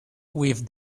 with